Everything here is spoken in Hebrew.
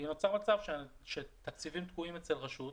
נוצר מצב שתקציבים תקועים אצל רשות,